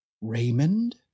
Raymond